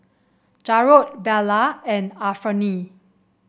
Jarrod Beula and Anfernee